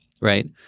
right